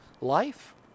life